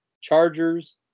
Chargers